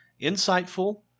insightful